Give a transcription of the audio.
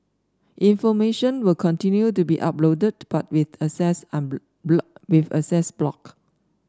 information will continue to be uploaded but with access with access blocked